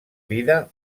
vida